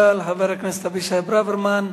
תודה לחבר הכנסת אבישי ברוורמן.